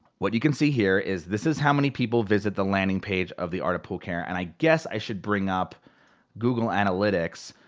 what you can see here is this is how many people visit the landing page of the art of pool care. and i guess i should bring up google analytics,